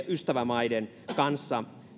ystävämaidemme kanssa